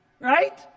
Right